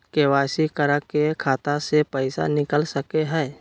KYC करा के खाता से पैसा निकल सके हय?